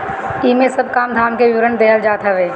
इमे सब काम धाम के विवरण देहल जात हवे